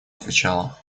отвечала